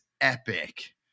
epic